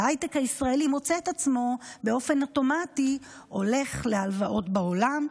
וההייטק הישראלי מוצא את עצמו באופן אוטומטי הולך להלוואות בעולם,